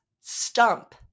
stump